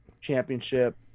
Championship